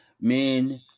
men